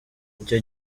icyo